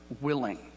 willing